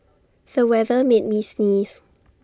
the weather made me sneeze